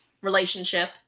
relationship